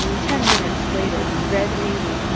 ten minutes later red haney,